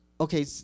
okay